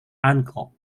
uncle